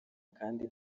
kandi